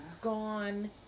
gone